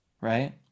right